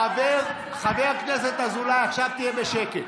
חבר הכנסת אזולאי, עכשיו תהיה בשקט.